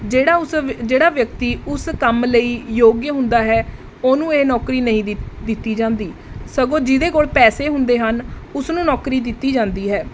ਜਿਹੜਾ ਉਸ ਵਿਅ ਜਿਹੜਾ ਵਿਅਕਤੀ ਉਸ ਕੰਮ ਲਈ ਯੋਗ ਹੁੰਦਾ ਹੈ ਉਹਨੂੰ ਇਹ ਨੌਕਰੀ ਨਹੀਂ ਦਿੱ ਦਿੱਤੀ ਜਾਂਦੀ ਸਗੋਂ ਜਿਸਦੇ ਕੋਲ ਪੈਸੇ ਹੁੰਦੇ ਹਨ ਉਸਨੂੰ ਨੌਕਰੀ ਦਿੱਤੀ ਜਾਂਦੀ ਹੈ